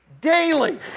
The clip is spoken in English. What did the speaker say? Daily